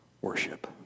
worship